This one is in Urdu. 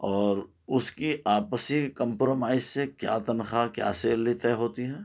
اور اس کی آپسی کمپرومائز سے کیا تنخواہ کیا سیلری طے ہوتی ہے